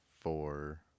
four